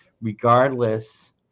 regardless